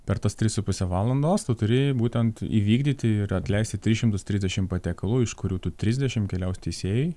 per tas tris su puse valandos tu turėjai būtent įvykdyti ir atleisti tris šimtus trisdešimt patiekalų iš kurių tų trisdešimt keliaus teisėjai